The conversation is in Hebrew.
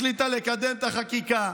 החליטה לקדם את החקיקה.